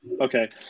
Okay